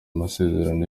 masezerano